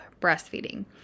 breastfeeding